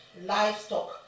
livestock